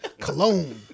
Cologne